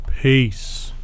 Peace